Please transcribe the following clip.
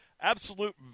absolute